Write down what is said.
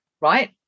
right